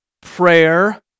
prayer